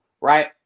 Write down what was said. right